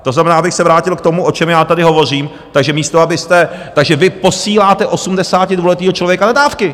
To znamená, abych se vrátil k tomu, o čem já tady hovořím, takže místo abyste takže vy posíláte 82letého člověka na dávky!